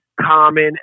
Common